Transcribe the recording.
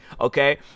okay